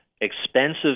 expensive